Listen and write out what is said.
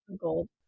gold